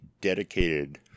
dedicated